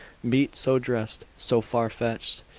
meat so dressed, so far-fetched,